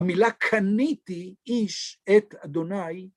‫המילה ‫קניתי איש את אדוניי.